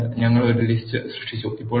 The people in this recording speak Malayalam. അതിനാൽ ഞങ്ങൾ ഒരു ലിസ്റ്റ് സൃഷ്ടിച്ചു